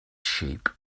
sheep